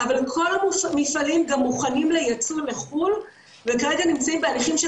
אבל כל המפעלים גם מוכנים לייצוא לחו"ל וכרגע נמצאים בהליכים של